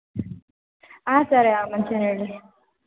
ಹಾಂ ಸರ್ ಒಂಚೂರು ಹೇಳಿ